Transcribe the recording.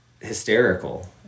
hysterical